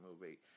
movie